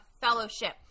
Fellowship